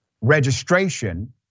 registration